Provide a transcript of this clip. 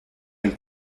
and